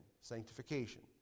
Sanctification